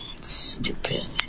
Stupid